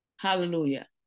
Hallelujah